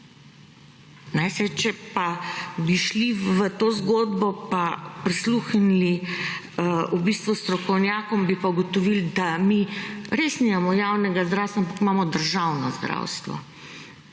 Saj če pa bi šli v to zgodbo pa prisluhnili v bistvu strokovnjakom, bi pa ugotovili, da mi res nimamo javnega zdravstva, ampak imamo državno zdravstvo.